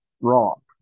rock